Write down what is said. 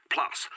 Plus